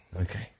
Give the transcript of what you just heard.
Okay